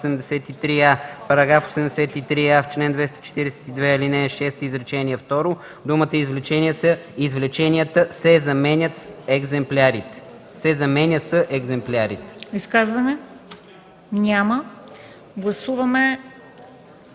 Изказвания? Няма. Гласуваме